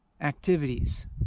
activities